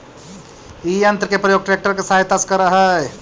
इ यन्त्र के प्रयोग ट्रेक्टर के सहायता से करऽ हई